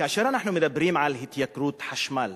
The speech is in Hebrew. כאשר אנחנו מדברים על התייקרות חשמל